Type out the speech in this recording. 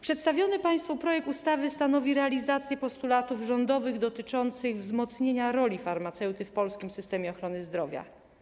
Przedstawiony państwu projekt ustawy stanowi realizację postulatów rządowych dotyczących wzmocnienia roli farmaceuty w polskim systemie ochrony zdrowia.